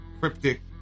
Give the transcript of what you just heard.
cryptic